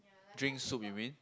drink soup you mean